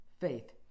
faith